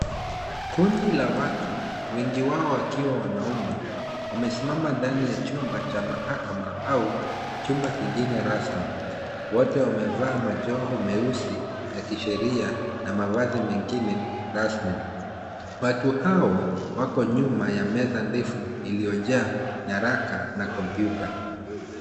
Kundi la watu wengi wao wakiwa wanaume wamesimama ndani ya chumba cha mahakama au chumba kingine rasmi. Wote wamevaa majoho meusi ya kisheria na mavazi mengine rasmi. Watu hao wako nyuma ya meza ndefu iliyojaa nyaraka na kompyuta.